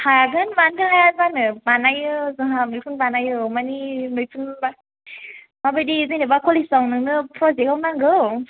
हागोन मानोथो हाया जानो बानायो जोंहा मैखुन बानायो औ माने मैखुन माबायदि जेनेबा कलेजफ्राव नोंनो फ्रजेक्टाव नांगौ